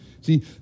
See